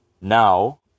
Now